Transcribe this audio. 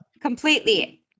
Completely